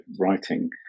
writing